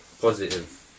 positive